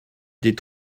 des